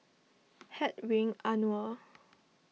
Hedwig Anuar